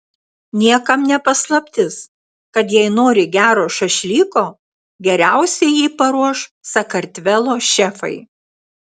niekam ne paslaptis kad jei nori gero šašlyko geriausiai jį paruoš sakartvelo šefai